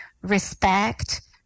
respect